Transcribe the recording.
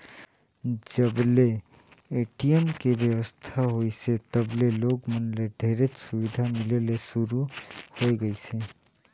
जब ले ए.टी.एम के बेवस्था होइसे तब ले लोग मन ल ढेरेच सुबिधा मिले ले सुरू होए गइसे